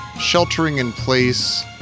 sheltering-in-place